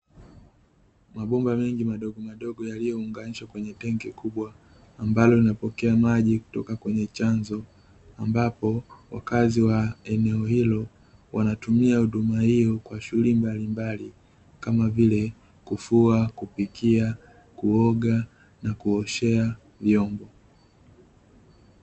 Mabomba mengi madogomadogo yaliyounganishwa kwenye tenki kubwa ambalo linapokea maji kutoka kwenye chanzo, ambapo wakazi wa eneo hilo wanatumia huduma hiyo kwa shughuli mbalimbali kama vile kufua, kupikia, kuoga na kuoshea vyombo.